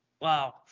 Wow